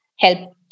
help